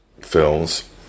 films